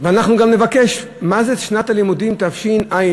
אנחנו נבקש גם: מה זה שנת הלימודים תשע"ג,